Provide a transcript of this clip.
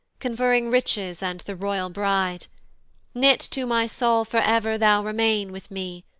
conferring riches and the royal bride knit to my soul for ever thou remain with me,